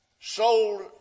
sold